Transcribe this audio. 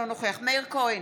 אינו נוכח מאיר כהן,